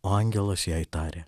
angelas jai tarė